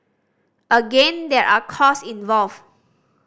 again there are cost involved